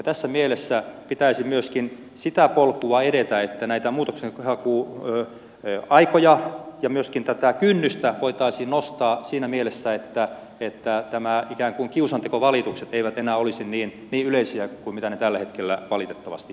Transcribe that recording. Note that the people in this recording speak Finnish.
tässä mielessä pitäisi myöskin sitä polkua edetä että näitä muutoksenhakuaikoja ja myöskin tätä kynnystä voitaisiin nostaa siinä mielessä että nämä ikään kuin kiusantekovalitukset eivät enää olisi niin yleisiä kuin mitä ne tällä hetkellä valitettavasti ovat